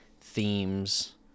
themes